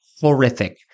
horrific